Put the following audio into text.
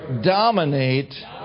dominate